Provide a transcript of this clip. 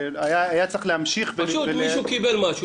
היה צריך להמשיך --- פשוט מישהו קיבל משהו,